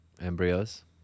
embryos